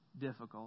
difficult